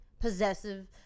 possessive